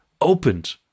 opened